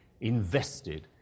invested